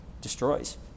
destroys